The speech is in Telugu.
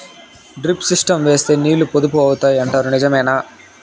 డ్రిప్ సిస్టం వేస్తే నీళ్లు పొదుపు అవుతాయి అంటారు నిజమేనా?